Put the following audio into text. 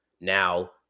Now